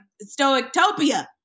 stoic-topia